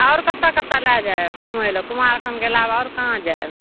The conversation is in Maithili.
आओर कतऽ कतऽ लै जाएब घूमय लै कुमारखंडके अलाबा आओर कहाँ जाएब